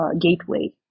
gateway